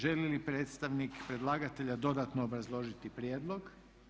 Želi li predstavnik predlagatelja dodatno obrazložiti prijedlog?